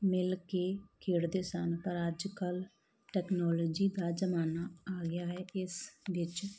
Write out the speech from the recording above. ਮਿਲ ਕੇ ਖੇਡਦੇ ਸਨ ਪਰ ਅੱਜ ਕੱਲ੍ਹ ਟੈਕਨੋਲੋਜੀ ਦਾ ਜਮਾਨਾ ਆ ਗਿਆ ਹੈ ਇਸ ਵਿੱਚ